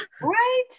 Right